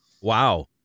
Wow